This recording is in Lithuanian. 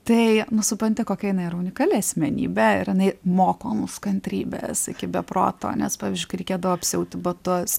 tai nu supanti kokia jinai yra unikali asmenybė ir jinai moko mus kantrybės iki be proto nes pavyzdžiui kai reikėdavo apsiauti batus